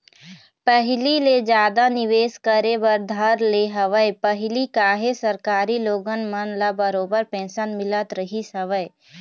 पहिली ले जादा निवेश करे बर धर ले हवय पहिली काहे सरकारी लोगन मन ल बरोबर पेंशन मिलत रहिस हवय